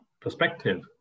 perspective